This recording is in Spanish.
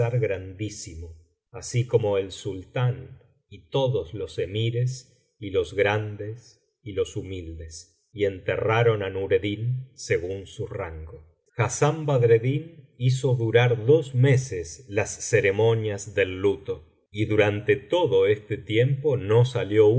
grandísimo así como el sultán y todos los emires y los grandes y los humildes y enterraron á nureddin según su rango hassán badreddin hizo durar dos meses las ce biblioteca valenciana las mil noches y una noche remontas del luto y durante todo este tiempo no salió